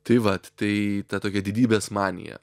tai vat tai ta tokia didybės manija